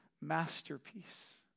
masterpiece